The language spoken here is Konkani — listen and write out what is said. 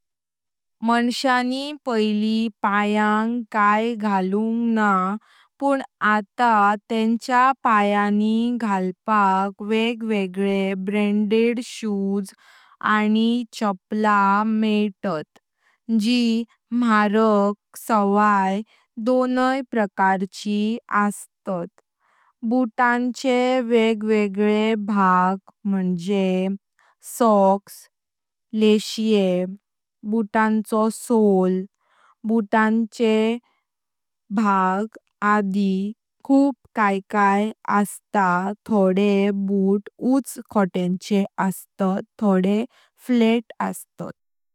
माणसांनी पायली पायांत कायक घालुंक ना पण आता तेंच्या पयानि घालपाक वेगवेगले ब्रँडेड शूज आनी चप्पला मेइतात। जी मराक सवई दोनइ प्रकारची अस्तात। बूटांचे वेगवेगळ भांग म्हणजे सॉक्स, लेशे, बूटाचो सोउल, बूटांचे भाग आदी खूप कायक अस्तात थोडे बूट उच्च खोच्यांचे अस्तात थोडे फ्लॅट अस्तात।